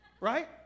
Right